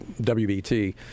WBT